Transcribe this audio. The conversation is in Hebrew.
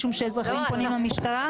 כי אזרחים פונים למשטרה?